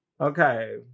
Okay